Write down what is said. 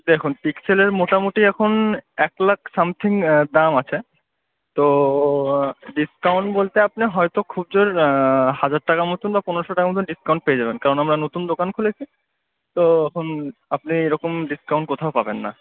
দেখুন পিক্সেলের মোটামুটি এখন এক লাখ সামথিং দাম আছে তো ডিসকাউন্ট বলতে আপনি হয়তো খুব জোর হাজার টাকার মতোন বা পনেরো টাকার মতন ডিসকাউন্ট পেয়ে যাবেন কারণ আমরা নতুন দোকান খুলেছি তোখন আপনি এরকম ডিসকাউন্ট কোথাও পাবেন না